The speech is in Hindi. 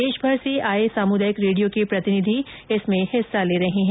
देश भर से आये सामुदायिक रेडियो के प्रतिनिधि इस सम्मेलन में हिस्सा ले रहे हैं